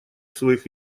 своих